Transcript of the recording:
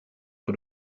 que